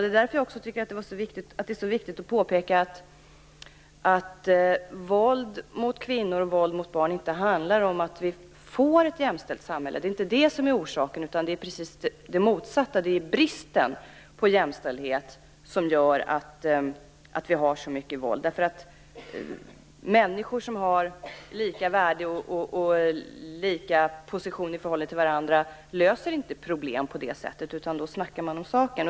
Det är därför jag tycker att det är så viktigt att påpeka att frågan om våld mot kvinnor och barn inte handlar om att vi får ett jämställt samhälle. Det är ju bristen på jämställdhet som gör att det förekommer så mycket våld. Människor som har lika värde och lika position i förhållande till varandra löser inte problemen på det sättet, utan man talar om saken.